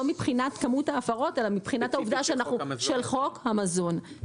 לא מבחינת כמות ההפרות אלא מבחינת העובדה של חוק המזון,